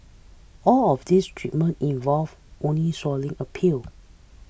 all of these treatments involve only swallowing a pill